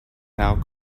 now